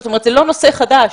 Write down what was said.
זאת אומרת, זה לא נושא חדש.